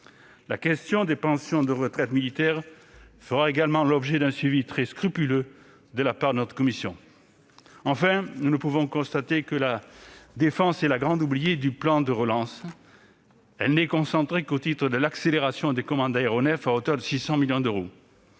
La question des pensions de retraite militaires fera également l'objet d'un suivi très scrupuleux de la part de notre commission. Enfin, nous ne pouvons que constater que la défense est la « grande oubliée » du plan de relance. Elle n'est concernée qu'au titre de l'accélération des commandes d'aéronefs, à hauteur de 600 millions d'euros.